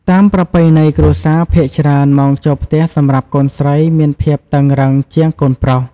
តាមប្រពៃណីគ្រួសារ ភាគច្រើនម៉ោងចូលផ្ទះសម្រាប់កូនស្រីមានភាពតឹងរឹងជាងកូនប្រុស។